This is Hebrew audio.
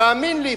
תאמין לי,